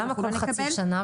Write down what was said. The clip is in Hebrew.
אבל למה כל חצי שנה?